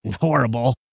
horrible